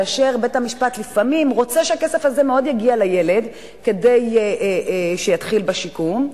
כאשר בית-המשפט לפעמים רוצה שהכסף הזה יגיע לילד כדי שיתחיל בשיקום,